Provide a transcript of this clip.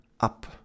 up